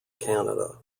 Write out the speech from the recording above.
canada